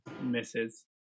Misses